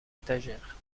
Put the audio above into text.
étagère